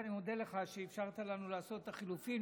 אני מודה לך שאפשרת לנו לעשות את החילופים,